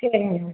சரிங்க